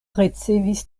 ricevis